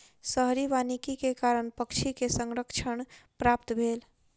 शहरी वानिकी के कारण पक्षी के संरक्षण प्राप्त भेल